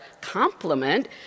compliment